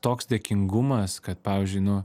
toks dėkingumas kad pavyzdžiui nu